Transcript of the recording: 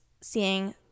seeing